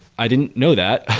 i didn't know that.